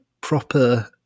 proper